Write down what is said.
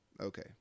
okay